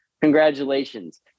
Congratulations